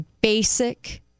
basic